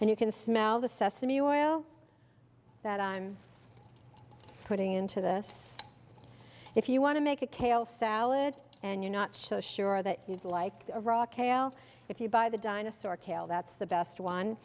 and you can smell the sesame oil that i'm putting into this if you want to make a kale salad and you're not so sure that you'd like a rock ale if you buy the dinosaur kale that's the best one